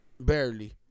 barely